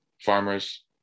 farmers